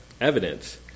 evidence